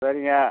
சரிங்க